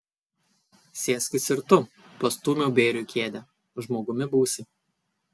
sėskis ir tu pastūmiau bėriui kėdę žmogumi būsi